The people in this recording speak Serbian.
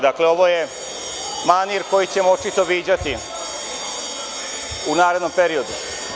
Dakle, ovo je manir koji ćemo očito viđati u narednom periodu.